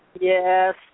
Yes